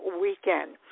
weekend